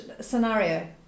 scenario